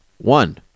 one